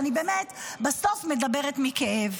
ואני באמת בסוף מדברת מכאב.